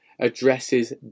addresses